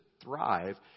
thrive